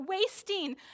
wasting